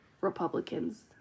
Republicans